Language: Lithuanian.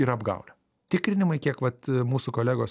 yra apgaulė tikrinimai kiek vat mūsų kolegos